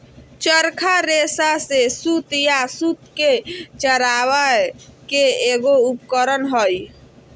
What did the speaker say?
चरखा रेशा से सूत या सूत के चरावय के एगो उपकरण हइ